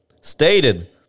stated